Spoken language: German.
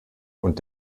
und